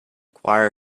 choir